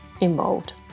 involved